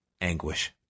anguish